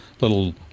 little